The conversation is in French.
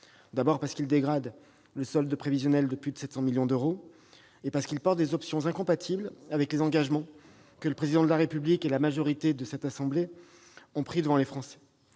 En effet, il dégradait le solde prévisionnel de plus de 700 millions d'euros et portait des options incompatibles avec les engagements que le Président de la République et la majorité de l'Assemblée nationale ont pris devant les Français.